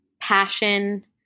passion